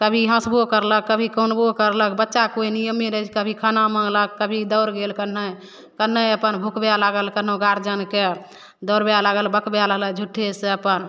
कभी हँसबो करलक कभी कानबो करलक बच्चाके कोइ नियमे नहि छै कभी खाना माँगलक कभी दौड़ गेल कन्हैँ कन्हैँ अपन भुकबै लागल कनहो गार्जिअनके दौड़बै लागल बकबै लागल झुट्ठेसे अपन